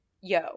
yo